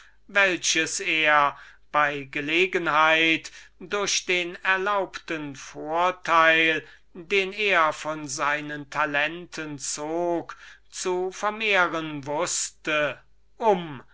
welches er bei gelegenheit durch den erlaubten vorteil den er von seinen talenten zog zu vermehren wußte um